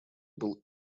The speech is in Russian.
был